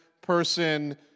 person